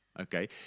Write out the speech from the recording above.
Okay